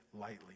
lightly